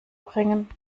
bringen